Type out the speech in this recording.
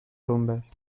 tombes